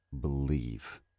believe